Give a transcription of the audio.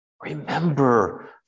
Remember